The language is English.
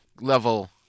level